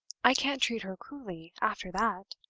i can't treat her cruelly after that!